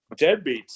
Deadbeats